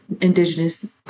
Indigenous